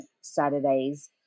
Saturdays